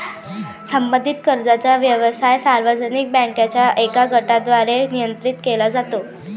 संबंधित कर्जाचा व्यवसाय सार्वजनिक बँकांच्या एका गटाद्वारे नियंत्रित केला जातो